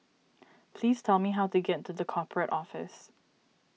please tell me how to get to the Corporate Office